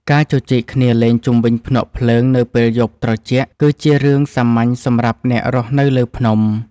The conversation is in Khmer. ការជជែកគ្នាលេងជុំវិញភ្នក់ភ្លើងនៅពេលយប់ត្រជាក់ គឺជារឿងសាមញ្ញសម្រាប់អ្នករស់នៅលើភ្នំ។